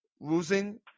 losing